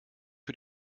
für